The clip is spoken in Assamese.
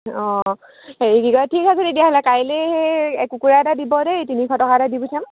অঁ হেৰি কি কয় ঠিক আছে তেতিয়াহ'লে কাইলৈ সেই কুকুৰা এটা দিব দেই তিনিশ টকা এটা দি পঠিয়াম